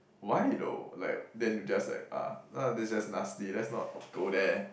why though like then you just like uh that's just nasty let's not go there